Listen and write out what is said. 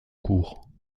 cours